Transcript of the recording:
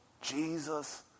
jesus